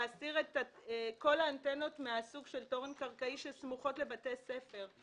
להסיר את כל האנטנות מסוג של תורן קרקעי שסמוכות לבתי ספר.